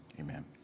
Amen